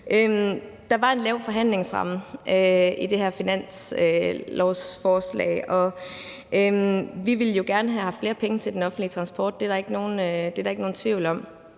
Der var en lav forhandlingsramme i det her finanslovsforslag. Vi ville jo gerne have haft flere penge til den offentlige transport. Det er der ikke nogen tvivl om.